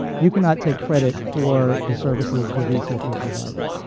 you cannot take credit for the services the researcher provided.